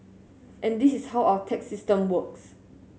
and this is how our tax system works